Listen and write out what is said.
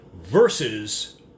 versus